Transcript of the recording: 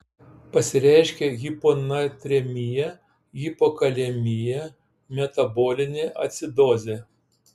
pasireiškia hiponatremija hipokalemija metabolinė acidozė